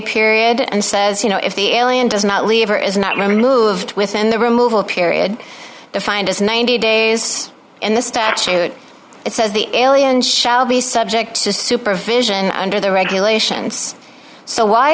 period and says you know if the alien does not leave or is not removed within the removal period defined as ninety days in the statute it says the alien shall be subject to supervision under the regulations so why